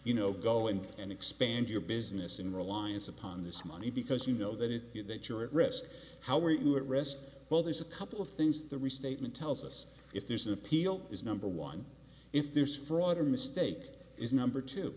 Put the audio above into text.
you know go in and expand your business in reliance upon this money because you know that if you that you're at risk how are you at risk well there's a couple of things the restatement tells us if there's an appeal is number one if there's fraud or mistake is number two